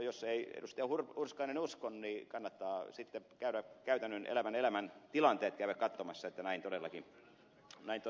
jos ei edustaja hurskainen usko niin kannattaa sitten käydä käytännön elävän elämän tilanteet katsomassa että näin todellakin tapahtuu